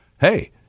Hey